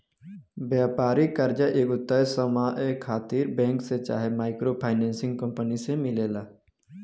व्यापारिक कर्जा एगो तय समय खातिर बैंक से चाहे माइक्रो फाइनेंसिंग कंपनी से मिलेला